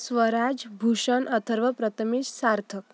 Swaraj Bhushan Atharva Prathamesh Sarthak